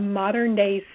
modern-day